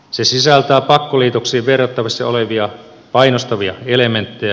se sisältää pakkoliitoksiin verrattavissa olevia painostavia elementtejä